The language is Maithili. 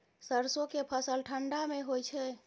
सरसो के फसल ठंडा मे होय छै?